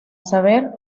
saber